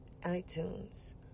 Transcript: iTunes